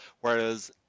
whereas